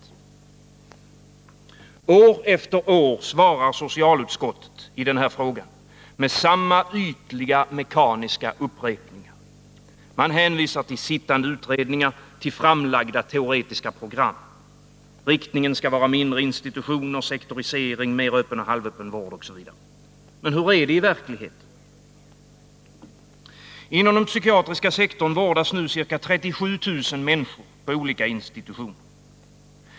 och sjukvård År efter år svarar socialutskottet med samma ytliga, mekaniska upprepm.m. ningar i den här frågan. Man hänvisar till sittande utredningar, till framlagda teoretiska program. Riktningen skall vara mindre institutioner, sektorisering, mer öppen och halvöppen vård osv. Men hur är det i verkligheten? Inom den psykiatriska sektorn vårdas nu ca 37 000 människor på olika institutioner.